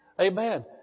Amen